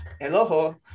Hello